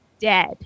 dead